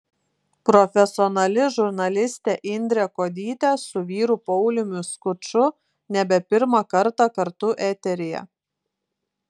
profesionali žurnalistė indrė kuodytė su vyru pauliumi skuču nebe pirmą kartą kartu eteryje